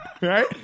Right